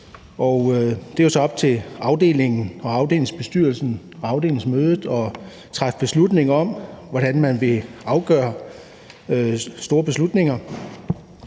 jo så op til afdelingen og afdelingsbestyrelsen på afdelingsmødet at træffe beslutning om, hvordan man vil afgøre store beslutninger.